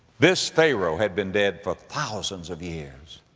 this pharaoh had been dead for thousands of years,